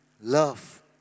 love